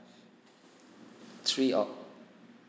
three or